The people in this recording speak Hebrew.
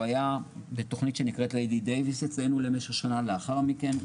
הוא היה בתוכנית שנקראת "לידיי דיוויס" אצלנו למשך שנה לאחר מכן.